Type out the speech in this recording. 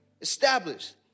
established